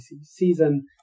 season